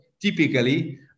typically